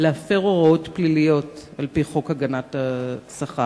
להפר הוראות פליליות על-פי חוק הגנת השכר,